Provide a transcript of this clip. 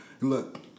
Look